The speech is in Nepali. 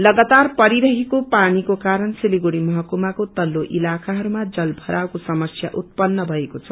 लगातार परिरहेको पानीको कारण सिलगीगुडी महकुमाको तल्लो इलाखाहरूमा जल भरावको समस्या उत्पन्न मएको छ